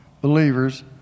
believers